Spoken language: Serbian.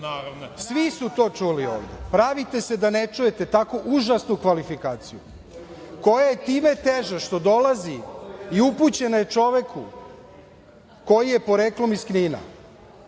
svi su to čuli ovde. Pravite se da ne čujete tako užasnu kvalifikaciju koja je time teža što dolazi i upućena je čoveku koji je poreklom iz Knina.